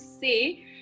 say